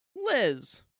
Liz